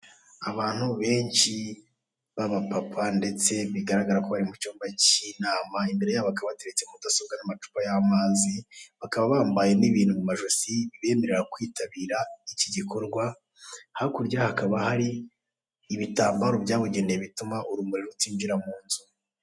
Abantu benshi b'abapapa ndetse bigaragara ko bari mu cyumba cy'inama, imbere yabo hakaba hateretse mudasobwa n'amacupa y'amazi bakaba bambaye n'ibintu mu majosi bibemerera kwitabira iki gikorwa hakurya hakaba hari ibitambaro byabugenewe bituma urumuri rutinjira munzu.